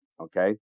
okay